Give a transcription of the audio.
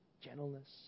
gentleness